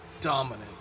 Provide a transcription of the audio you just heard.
dominant